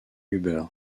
huber